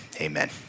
amen